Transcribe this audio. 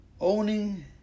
Owning